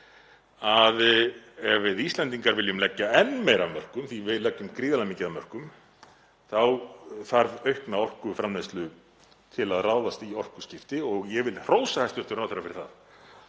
að ef við Íslendingar viljum leggja enn meira af mörkum, því við leggjum gríðarlega mikið af mörkum, þá þarf aukna orkuframleiðslu til að ráðast í orkuskipti. Ég vil því hrósa hæstv. ráðherra fyrir það